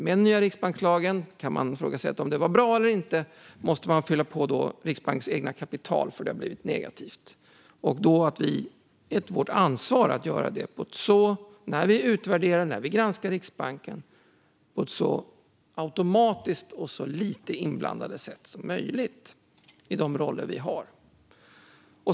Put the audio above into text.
Med den nya riksbankslagen kan man ifrågasätta om det har varit bra eller inte eftersom man har fyllt på med Riksbankens eget kapital när siffrorna har blivit negativa. När vi utvärderar och granskar Riksbanken ska det ske på ett så automatiskt och så lite inblandande sätt som möjligt utifrån de roller vi har.